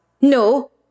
No